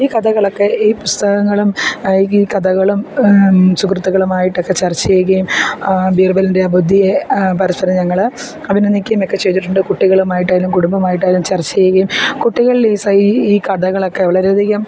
ഈ കഥകളൊക്കെ ഈ പുസ്തകങ്ങളും ഈ കഥകളും സുഹൃത്തുക്കളും ആയിട്ടൊക്കെ ചർച്ച ചെയ്യുകയും ബീർബലിന്റെ ആ ബുദ്ധിയെ പരസ്പരം ഞങ്ങൾ അഭിനന്ദിക്കുകയും ഒക്കെ ചെയ്തിട്ടുണ്ട് കുട്ടികളുമായിട്ടായാലും കുടുംബമായിട്ടായാലും ചര്ച്ച ചെയ്യുകയും കുട്ടികളില് ഈ സൈ ഈ കഥകളൊക്കെ വളരെയധികം